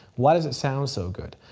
why does it sound so good,